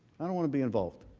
i don't want to be involved.